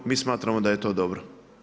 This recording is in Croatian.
Mi smatramo da je to dobro.